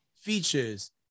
features